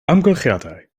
amgylchiadau